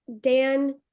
Dan